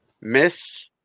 Miss